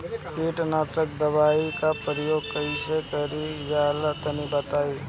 कीटनाशक दवाओं का प्रयोग कईसे कइल जा ला तनि बताई?